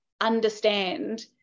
Understand